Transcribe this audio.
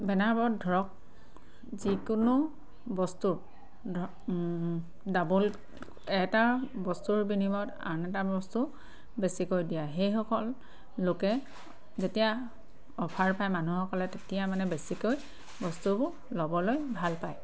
বেনাৰবোৰত ধৰক যিকোনো বস্তু ধৰক ডাবল এটা বস্তুৰ বিনিময়ত আন এটা বস্তু বেছিকৈ দিয়ে সেইসকল লোকে যেতিয়া অফাৰ পায় মানুহসকলে তেতিয়া মানে বেছিকৈ বস্তুবোৰ ল'বলৈ ভাল পায়